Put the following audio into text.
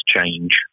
change